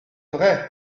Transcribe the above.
vrai